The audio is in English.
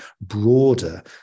broader